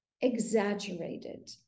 exaggerated